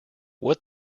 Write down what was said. what